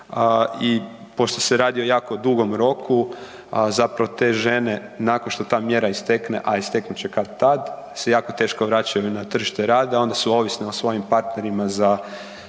Pošto se radi o jako dugom roku, a zapravo te žene nakon što ta mjera istekne, a isteknut će kad-tad se jako teško vraćaju na tržište rada, onda su ovisne o svojim partnerima za